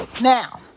now